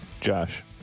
josh